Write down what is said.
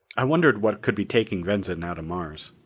i wondered what could be taking venza now to mars.